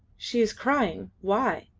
she is crying! why?